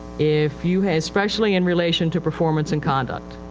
if you have, especially in relation to performance and conduct.